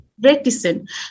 Reticent